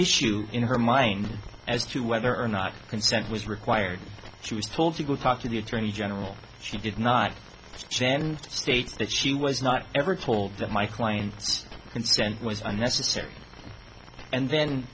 issue in her mind as to whether or not consent was required she was told to go talk to the attorney general she did not stand and states that she was not ever told that my client's consent was unnecessary and then